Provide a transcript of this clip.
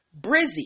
Brizzy